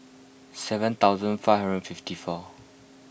seven thousand five hundred fifty four